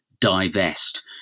divest